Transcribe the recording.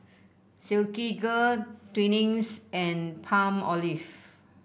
Silkygirl Twinings and Palmolive